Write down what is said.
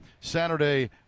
Saturday